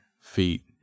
feet